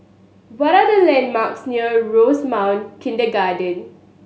what are the landmarks near Rosemount Kindergarten